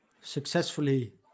successfully